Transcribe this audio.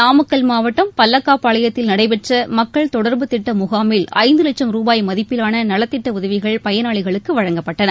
நாமக்கல் மாவட்டம் பல்லக்காபாளையத்தில் நடைபெற்ற மக்கள் தொடர்பு திட்ட முகாமில் ஐந்து லட்சம் ரூபாய் மதிப்பிலான நலத்திட்ட உதவிகள் பயனாளிகளுக்கு வழங்கப்பட்டன